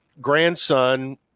grandson